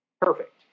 perfect